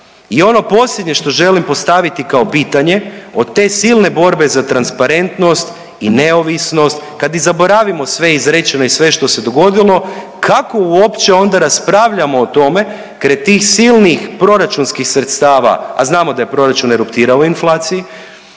I ono posljednje što želim postaviti kao pitanje, od te silne borbe za transparentnost i neovisnost, kad i zaboravimo sve izrečeno i sve što se dogodilo, kako uopće onda raspravljamo o tome, kraj tih silnih proračunskih sredstava, a znamo da je proračun eruptirao u inflaciji,